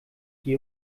die